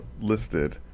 listed